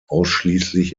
ausschließlich